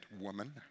woman